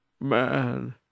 man